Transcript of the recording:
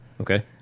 Okay